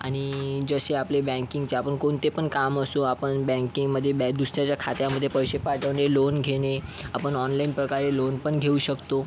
आणि जसे आपले बँकिंगचे आपण कोणते पण काम असू आपण बँकिंगमधे बे दुसऱ्याच्या खात्यामधे पैसे पाठवणे लोन घेणे आपण ऑनलाइन प्रकारे लोन पण घेऊ शकतो